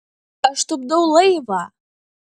aš tupdau laivą